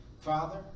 Father